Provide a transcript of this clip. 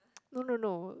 no no no